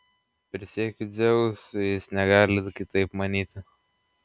prisiekiu dzeusu jis negali kitaip manyti